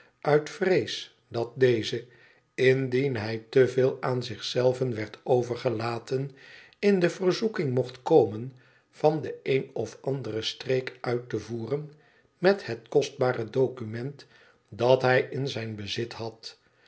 uit vrees dat deze indien hij te veel aan zich zelven werd overgelaten in de verzoeking mocht komen van den een of anderen streek uit te voeren met het kostbare document dat hij in zijn bezit had